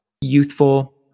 youthful